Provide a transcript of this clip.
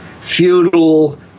feudal